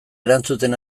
erantzuten